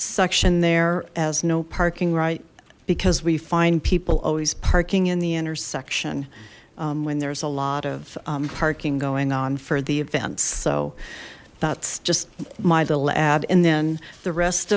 section there as no parking right because we find people always parking in the intersection when there's a lot of parking going on for the events so that's just my little add and then the rest